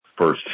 first